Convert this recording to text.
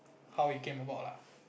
how it came about lah